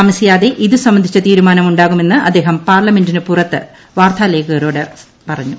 താമസിയാതെ ഇതു സംബന്ധിച്ച തീരുമാനം ഉണ്ടാകുമെന്ന് അദ്ദേഹം പാർലമെന്റിന് പുറത്ത് വാർത്താലേഖകരോട് പറഞ്ഞു